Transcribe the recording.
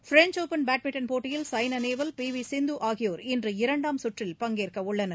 French open badminton போட்டியில் சாய்னாநேவால் பிவிசிந்துஆகியோா் இன்று இரண்டாம் கற்றில் பங்கேற்கஉள்ளனர்